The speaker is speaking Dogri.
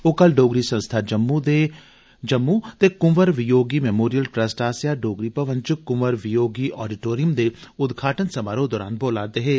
ओ कल डोगरी संस्था जम्मू ते कुंवर वियोगी मैमोरियल ट्रस्ट आस्सेआ डोगरी भवन च कुंवर वियोगी ऑडीटोरियम दे उद्घाटन समारोह् दरान बोला'रदे हे